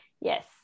Yes